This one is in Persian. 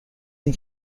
این